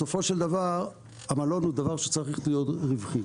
בסופו של דבר המלון הוא דבר שצריך להיות רווחי.